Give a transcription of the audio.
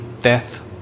death